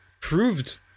proved